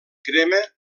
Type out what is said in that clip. crema